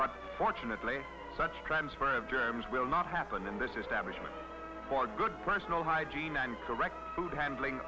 but fortunately such transfer of germs will not happen in this establishment for good personal hygiene and correct food handling